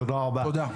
תודה.